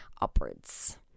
Upwards